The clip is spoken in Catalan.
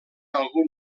algun